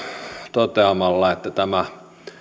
toteamalla että tämä